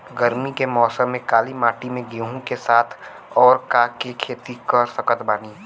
गरमी के मौसम में काली माटी में गेहूँ के साथ और का के खेती कर सकत बानी?